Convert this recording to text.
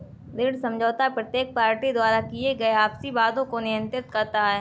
ऋण समझौता प्रत्येक पार्टी द्वारा किए गए आपसी वादों को नियंत्रित करता है